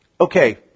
okay